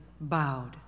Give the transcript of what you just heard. bowed